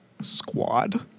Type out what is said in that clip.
squad